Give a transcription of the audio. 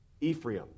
Ephraim